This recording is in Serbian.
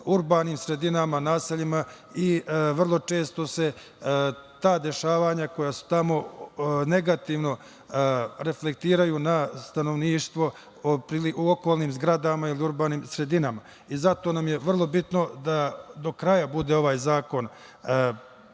urbanim sredinama, naseljima i vrlo često se ta dešavanja koja su tamo negativno reflektiraju na stanovništvo u okolnim zgradama ili urbanim sredinama. Zato nam je vrlo bitno da do kraja bude ovaj zakon